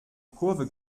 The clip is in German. kurve